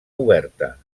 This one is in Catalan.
oberta